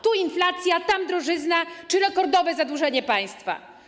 Tu inflacja, tam drożyzna czy rekordowe zadłużenie państwa.